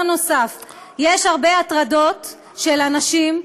דבר נוסף: יש הרבה הטרדות של אנשים,